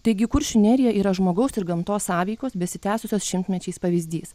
taigi kuršių nerija yra žmogaus ir gamtos sąveikos besitęsusios šimtmečiais pavyzdys